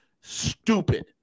stupid